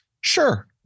Sure